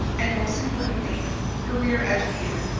and most importantly career educator.